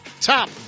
top